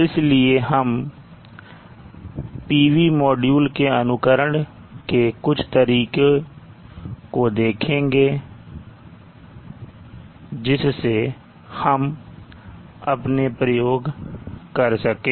इसलिए हम TV module के अनुकरण के कुछ तरीकों को देखेंगे जिससे हम अपने प्रयोग कर सकें